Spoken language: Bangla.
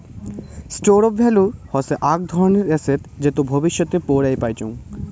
স্টোর অফ ভ্যালু হসে আক ধরণের এসেট যেটো ভবিষ্যতে পৌরাই পাইচুঙ